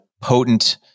potent